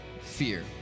fear